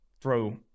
throw